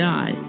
God